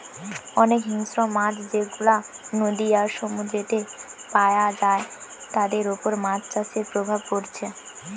অনেক হিংস্র মাছ যেগুলা নদী আর সমুদ্রেতে পায়া যায় তাদের উপর মাছ চাষের প্রভাব পড়ছে